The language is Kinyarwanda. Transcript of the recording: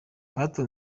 pastor